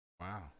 wow